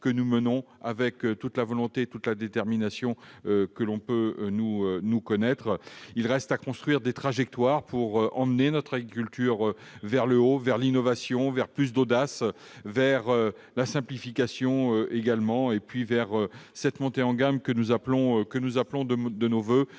mais nous le menons avec toute la volonté et toute la détermination que vous pouvez nous connaître. Il reste à construire des trajectoires pour tirer notre agriculture vers le haut, vers l'innovation, vers plus d'audace, vers la simplification et vers cette montée en gamme que nous appelons de nos voeux.